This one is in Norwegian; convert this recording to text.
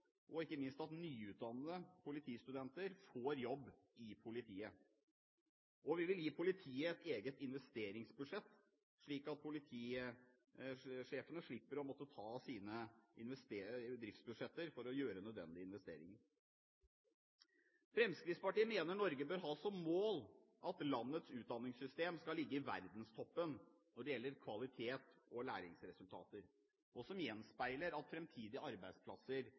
og ikke minst at nyutdannede politistudenter får jobb i politiet. Og vi vil gi politiet et eget investeringsbudsjett, slik at politisjefene slipper å måtte ta av sine driftsbudsjetter for å gjøre nødvendige investeringer. Fremskrittspartiet mener Norge bør ha som mål at landets utdanningssystem skal ligge i verdenstoppen når det gjelder kvalitet og læringsresultater, og gjenspeile at framtidige arbeidsplasser